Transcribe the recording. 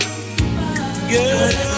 girl